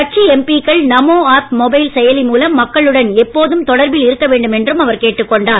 கட்சி எம்பிக்கள் Namo app mobile செயலி மூலம் மக்களுடன் எப்போதும் தொடர்பில் இருக்க வேண்டும் என்றும் அவர் கேட்டுக் கொண்டார்